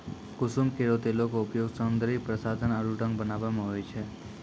कुसुम केरो तेलो क उपयोग सौंदर्य प्रसाधन आरु रंग बनावै म होय छै